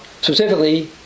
specifically